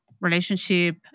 relationship